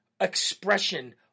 expression